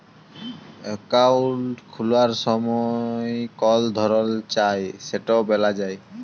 account খুলার ছময় call ধরল চায় সেট ব্যলা যায়